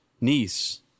niece